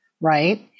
Right